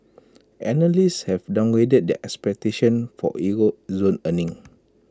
analysts have downgraded their expectations for euro zone earnings